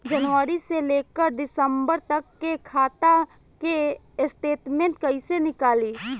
जनवरी से लेकर दिसंबर तक के खाता के स्टेटमेंट कइसे निकलि?